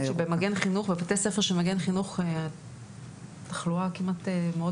אני רוצה להגיד שבבתי ספר של מגן חינוך התחלואה מאוד נמוכה,